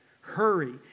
Hurry